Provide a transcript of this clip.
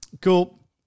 Cool